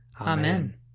Amen